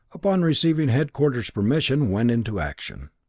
upon receiving headquarters' permission, went into action.